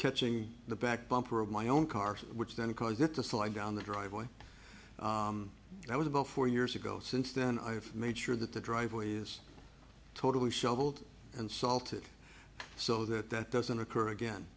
catching the back bumper of my own car which then caused it to slide down the driveway and i was about four years ago since then i have made sure that the driveway is totally shoveled and salted so that that doesn't occur again